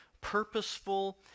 purposeful